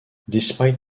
despite